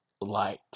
light